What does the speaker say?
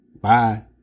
Bye